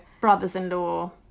brothers-in-law